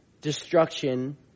destruction